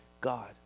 God